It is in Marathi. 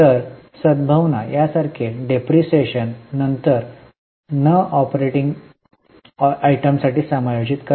तर सद्भावना यासारखे डेप्रिसिएशन नंतर न ऑपरेटिंग आयटमसाठी समायोजित करा